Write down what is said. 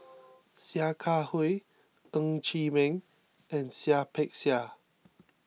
Sia Kah Hui Ng Chee Meng and Seah Peck Seah